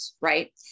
right